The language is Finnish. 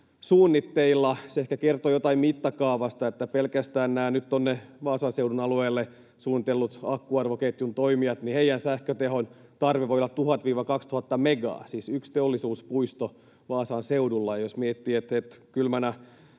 suunnitteilla. Se ehkä kertoo jotain mittakaavasta, että pelkästään näiden nyt Vaasan seudun alueelle suunniteltujen akkuarvoketjun toimijoiden sähkötehon tarve voi olla 1 000—2 000 megaa, siis yksi teollisuuspuisto Vaasan seudulla. Jos miettii, että kylmänä